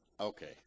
Okay